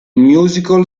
musical